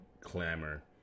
clamor